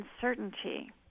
uncertainty